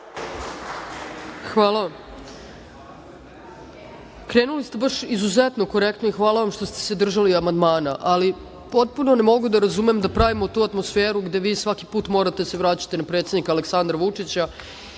Hvala vam. Krenuli ste baš izuzetno korektno i hvala vam što ste se držali amandmana, ali potpuno ne mogu da razumem da pravimo tu atmosferu gde vi svaki put morate da se vraćate na predsednika Aleksandra Vučića